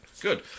good